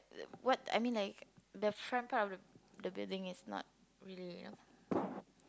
what I mean like the front part of the building is not really you know